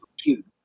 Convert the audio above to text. cute